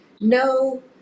no